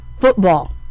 football